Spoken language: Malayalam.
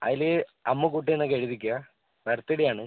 ആ അതില് അമ്മുക്കുട്ടിന്നൊക്കെ എഴുതിക്കോ ബർത്ഡേ ആണ്